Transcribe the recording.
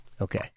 Okay